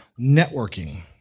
Networking